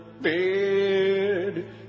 bed